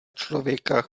člověka